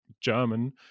German